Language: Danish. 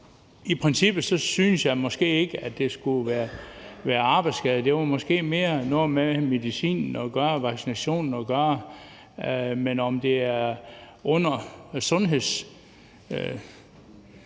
i princippet synes jeg ikke, at det skulle være en arbejdsskade; det har måske mere noget med medicinen at gøre, med vaccinationen at gøre. Om det er under Sundhedsstyrelsen